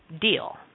deal